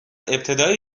ابتدای